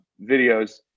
videos